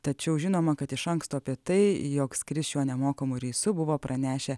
tačiau žinoma kad iš anksto apie tai jog skris šiuo nemokamu reisu buvo pranešę